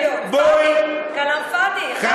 עיסאווי, כלאם פאד'י, 11 מיליון.